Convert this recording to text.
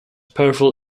powerful